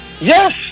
Yes